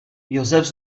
josef